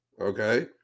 okay